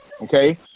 Okay